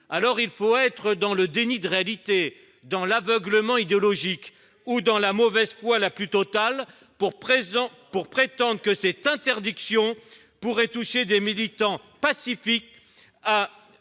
! Il faut être dans le déni de réalité, dans l'aveuglement idéologique ou dans la mauvaise foi la plus totale pour prétendre qu'une telle interdiction pourrait toucher des militants pacifiques en